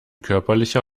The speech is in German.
körperlicher